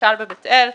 למשל בבית אל,